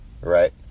Right